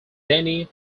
denny